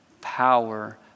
power